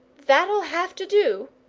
that'll have to do,